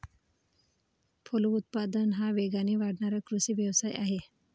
फलोत्पादन हा वेगाने वाढणारा कृषी व्यवसाय आहे